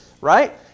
Right